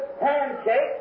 handshake